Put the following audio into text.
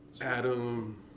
Adam